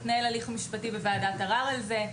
והתנהל הליך משפטי בוועדת ערר על זה.